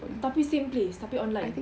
tapi same place tapi online